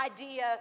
idea